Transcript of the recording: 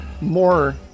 more